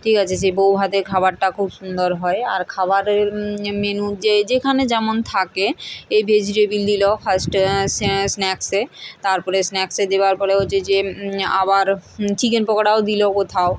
ঠিক আছে সেই বউ ভাতে খাবারটা খুব সুন্দর হয় আর খাবারের মেনু যে যেখানে যেমন থাকে এই ভেজিটেবিল দিল ফার্স্টে স্ন্যাক্সে তারপরে স্ন্যাক্সে দেওয়ার পরে হচ্ছে যে আবার চিকেন পকোড়াও দিল কোথাও